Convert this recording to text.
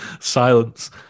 silence